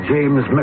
James